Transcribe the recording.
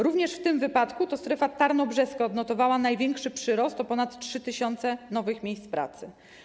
Również w tym wypadku to strefa tarnobrzeska odnotowała największy przyrost, o ponad 3 tys., nowych miejsc pracy.